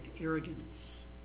arrogance